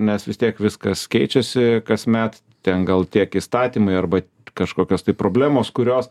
nes vis tiek viskas keičiasi kasmet ten gal tiek įstatymai arba kažkokios tai problemos kurios